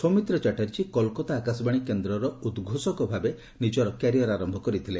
ସୌମିତ୍ର ଚାଟାର୍ଜୀ କୋଲକାତା ଆକାଶବାଣୀ କେନ୍ଦ୍ରର ଉଦ୍ଘୋଷକଭାବେ ନିଜର କ୍ୟାରିୟର ଆରମ୍ଭ କରିଥିଲେ